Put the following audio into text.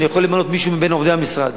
אני יכול למנות מישהו מבין עובדי המשרד,